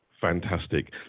fantastic